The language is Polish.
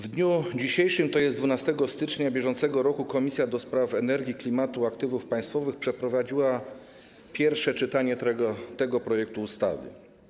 W dniu dzisiejszym, tj. 12 stycznia br., Komisja do Spraw Energii, Klimatu i Aktywów Państwowych przeprowadziła pierwsze czytanie tego projektu ustawy.